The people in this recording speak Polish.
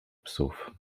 psów